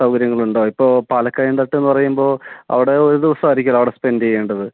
സൗകര്യങ്ങൾ ഉണ്ടോ ഇപ്പോൾ പാലക്കയം തൊട്ട് എന്ന് പറയുമ്പോൾ അവിടെ ഒരു ദിവസം ആയിരിക്കുമല്ലോ അവിടെ സ്പെൻഡ് ചെയ്യേണ്ടത്